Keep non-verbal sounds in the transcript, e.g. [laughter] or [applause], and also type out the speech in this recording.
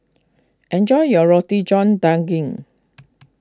enjoy your Roti John Daging [noise]